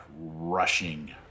rushing